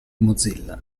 mozilla